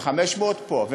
ו-500 פה,